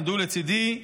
עִמדו לצידי".